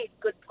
good